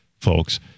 folks